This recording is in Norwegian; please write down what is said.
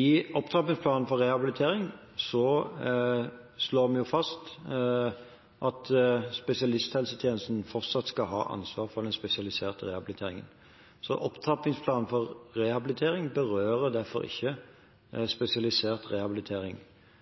I opptrappingsplanen for rehabilitering slår vi fast at spesialisthelsetjenesten fortsatt skal ha ansvar for den spesialiserte rehabiliteringen. Så opptrappingsplanen for rehabilitering berører derfor ikke spesialisert rehabilitering,